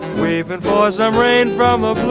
wait but for some rain from a